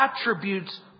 attributes